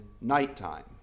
nighttime